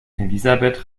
elisabeth